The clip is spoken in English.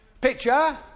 picture